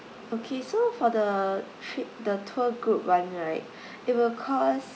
okay so for the trip the tour group [one] right it will cost